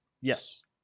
yes